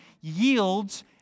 yields